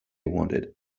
wanted